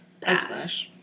pass